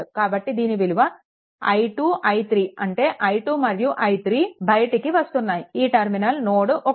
కాబట్టి దీని విలువ i2 i3 అంటే i2 మరియు i3 బయటికి వస్తున్నాయి ఈ టెర్మినల్ నోడ్ 1